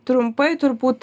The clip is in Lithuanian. trumpai turbūt